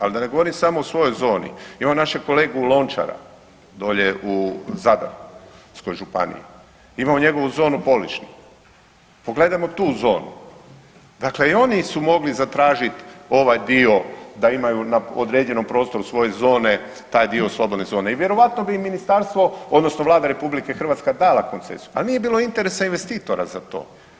Al da ne govorim samo o svojoj zoni, imamo našeg kolegu Lončara dolje u Zadarskoj županiji, imamo njegovu zonu Poličnik, pogledajmo tu zonu, dakle i oni su mogli zatražit ovaj dio da imaju na određenom prostoru svoje zone, taj dio slobodne zone i vjerojatno bi i ministarstvo odnosno Vlada RH dala koncesiju, al nije bilo interesa investitora za to.